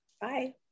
Bye